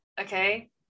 okay